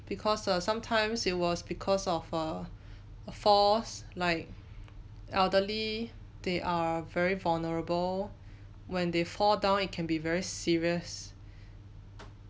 because err sometimes it was because of err a falls like elderly they are very vulnerable when they fall down it can be very serious